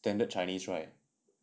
standard chinese right